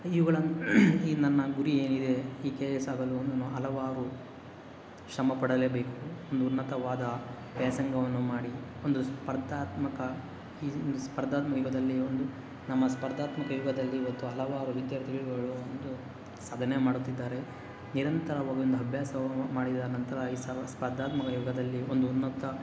ಇವುಗಳನ್ನು ಈ ನನ್ನ ಗುರಿ ಏನಿದೆ ಈ ಕೆ ಎ ಎಸ್ ಆಗಲು ನನ್ನ ಹಲವಾರು ಶ್ರಮ ಪಡಲೇಬೇಕು ಒಂದು ಉನ್ನತವಾದ ವ್ಯಾಸಂಗವನ್ನು ಮಾಡಿ ಒಂದು ಸ್ಪರ್ಧಾತ್ಮಕ ಈ ಸ್ಪರ್ಧಾತ್ಮಕ ಯುಗದಲ್ಲಿ ಒಂದು ನಮ್ಮ ಸ್ಪರ್ಧಾತ್ಮಕ ಯುಗದಲ್ಲಿ ಇವತ್ತು ಹಲವಾರು ವಿದ್ಯಾರ್ಥಿಗಳು ಒಂದು ಸಾಧನೆ ಮಾಡುತ್ತಿದ್ದಾರೆ ನಿರಂತರ ಅವಗೊಂದು ಅಭ್ಯಾಸವ ಮಾಡಿದ ನಂತರ ಈ ಸ್ಪರ್ಧಾತ್ಮಕ ಯುಗದಲ್ಲಿ ಒಂದು ಉನ್ನತ